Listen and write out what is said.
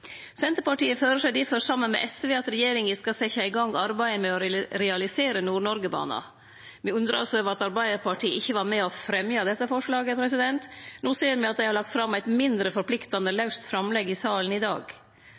Senterpartiet føreslår difor saman med SV at regjeringa skal setje i gang arbeidet med å realisere Nord-Noreg-banen. Me undrast over at Arbeidarpartiet ikkje var med på å fremje dette forslaget. No ser me at dei har lagt fram eit mindre forpliktande laust framlegg i salen i dag.